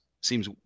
seems